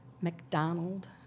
mcdonald